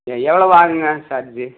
எவ்ளவு ஆகும்ங்க சார்ஜி